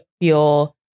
feel